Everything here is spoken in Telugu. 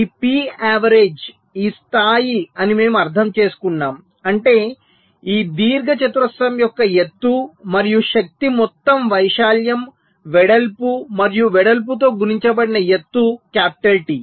ఈ పి యావరేజ్ ఈ స్థాయి అని మేము అర్థం చేసుకున్నాము అంటే ఈ దీర్ఘచతురస్రం యొక్క ఎత్తు మరియు శక్తి మొత్తం వైశాల్యం వెడల్పు మరియు వెడల్పుతో గుణించబడిన ఎత్తు కాపిటల్ టి